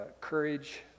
courage